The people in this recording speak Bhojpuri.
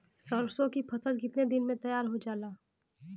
सरसों की फसल कितने दिन में तैयार हो जाला?